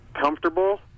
comfortable